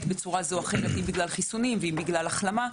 בצורה זו או אחרת בגלל חיסונים ובגלל החלמה,